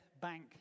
bank